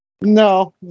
No